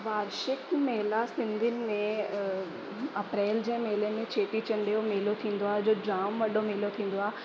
वार्षिक मेला सिंधीयुनि में अप्रैल जे महीने में चेटी चंड जो मेलो थींदो आहे जो जाम वॾो मेलो थींदो आहे